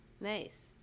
Nice